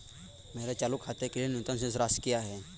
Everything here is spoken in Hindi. मेरे चालू खाते के लिए न्यूनतम शेष राशि क्या है?